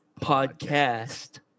Podcast